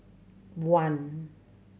one